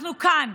אנחנו כאן,